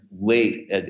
late